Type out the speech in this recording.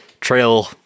trail